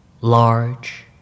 large